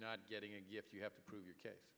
not getting if you have to prove your case